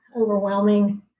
overwhelming